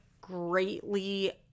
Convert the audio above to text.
greatly